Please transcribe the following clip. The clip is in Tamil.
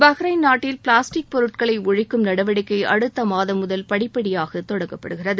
பஹ்ரைன் நாட்டில் பிளாஸ்டிக் பொருட்களை ஒழிக்கும் நடவடிக்கையை அடுத்தமாதம் முதல் படிப்படியாக தொடங்கப்படுகிறது